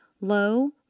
low